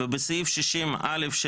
ובסעיף 60א,